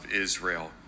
Israel